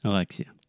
Alexia